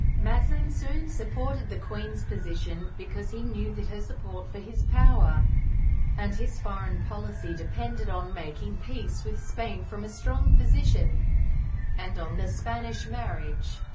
mazarin soon supported the queen's position, because he knew that her support for his power and his foreign policy depended on making peace with spain from a strong position and on the spanish marriage.